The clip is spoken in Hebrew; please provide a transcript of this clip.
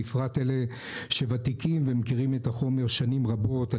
בפרט אלה שוותיקים ומכירים את החומר שנים רבות.